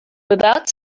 without